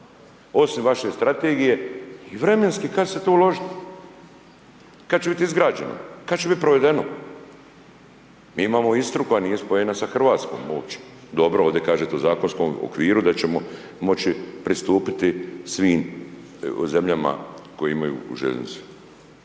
osim vaše strategije i vremenski kada će se to uložiti, kada će biti izgrađeno, kada će biti provedeno. Mi imamo Istru koja nije spojena sa Hrvatskom uopće. Dobro ovdje kažete u zakonskom okviru, da ćemo moći pristupiti svim zemljama koje imaju željeznicu.